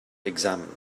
examined